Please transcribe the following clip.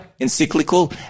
encyclical